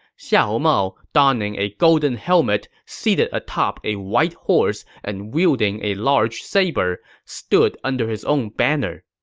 xiahou mao, donning a golden helmet, seated atop a white horse, and wielding a large saber, stood under his own banner.